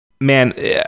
Man